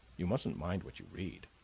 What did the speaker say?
you mustn't mind what you read.